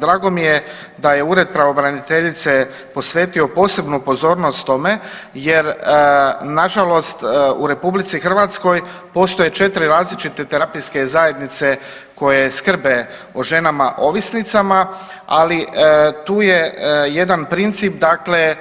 Drago mi je da je ured pravobraniteljice posvetio posebnu pozornost tome jer nažalost u RH postoje 4 različite terapijske zajednice koje skrbe o ženama ovisnicama, ali tu je jedan princip dakle